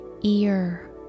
ear